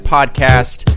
Podcast